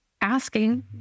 asking